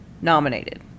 nominated